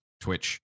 Twitch